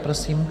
Prosím.